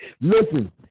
Listen